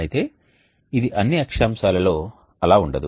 అయితే ఇది అన్ని అక్షాంశాలలో అలా ఉండదు